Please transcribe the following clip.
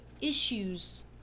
issues